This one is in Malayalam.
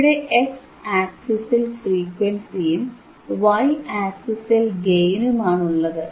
ഇവിടെ എക്സ് ആക്സിസിൽ ഫ്രീക്വൻസിയും വൈ ആക്സിസിൽ ഗെയിനും ആണുള്ളത്